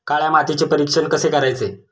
काळ्या मातीचे परीक्षण कसे करायचे?